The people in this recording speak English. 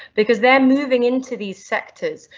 because they're moving into these sectors,